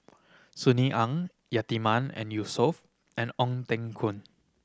Sunny Ang Yatiman and Yausof and Ong Teng Koon